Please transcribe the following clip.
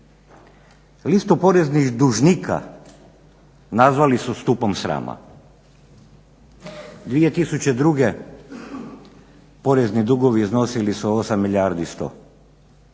Listu poreznih dužnika nazvali su stupom srama. 2002.porezni dugovi iznosili su 8 milijardi i